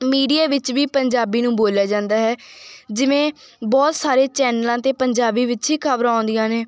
ਮੀਡੀਏ ਵਿੱਚ ਵੀ ਪੰਜਾਬੀ ਨੂੰ ਬੋਲਿਆ ਜਾਂਦਾ ਹੈ ਜਿਵੇਂ ਬਹੁਤ ਸਾਰੇ ਚੈਨਲਾਂ 'ਤੇ ਪੰਜਾਬੀ ਵਿੱਚ ਹੀ ਖਬਰਾਂ ਆਉਂਦੀਆਂ ਨੇ